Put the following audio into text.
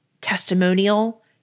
testimonial